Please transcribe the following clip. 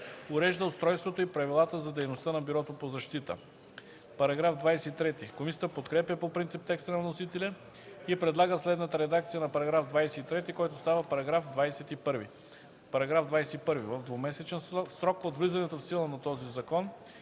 урежда устройството и правилата за дейността на Бюрото по защита.” Комисията подкрепя по принцип текста на вносителя и предлага следната редакция на § 23, който става § 21: „§ 21. В двумесечен срок от влизането в сила на този закон